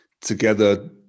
together